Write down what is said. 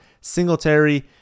Singletary